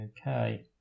Okay